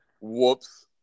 Whoops